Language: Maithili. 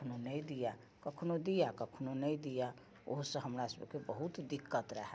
कखनो नहि दिये कखनो दिये कखनो नहि दिये ओसँ हमरा सबके बहुत दिक्कत रहै